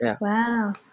wow